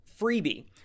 freebie